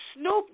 Snoop